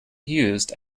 used